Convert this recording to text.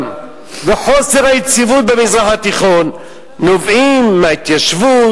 וחוסר היציבות במזרח התיכון נובעים מההתיישבות,